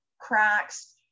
cracks